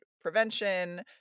Prevention